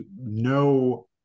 no